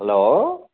hello